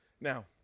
now